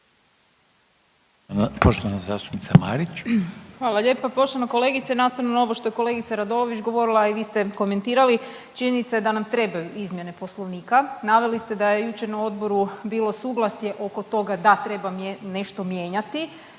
Andreja (SDP)** Hvala lijepo. Poštovana kolegice nastavno na ovo što je kolegica Radolović govorila, a i vi ste komentirali činjenica je da nam trebaju izmjene Poslovnika. Naveli ste da je jučer na odboru bilo suglasje oko toga da treba nešto mijenjati